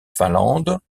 finlande